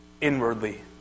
inwardly